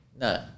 No